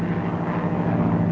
so